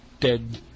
dead